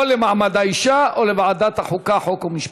או למעמד האישה או לוועדת החוקה, חוק ומשפט.